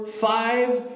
five